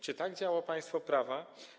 Czy tak działa państwo prawa?